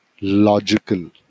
logical